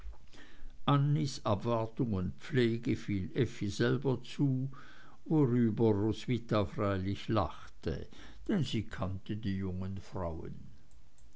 und pflege fiel effi selber zu worüber roswitha freilich lachte denn sie kannte die jungen frauen